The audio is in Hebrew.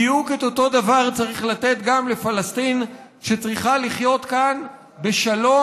בדיוק את אותו דבר צריך לתת גם לפלסטין שצריכה לחיות כאן בשלום,